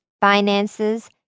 finances